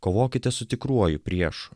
kovokite su tikruoju priešu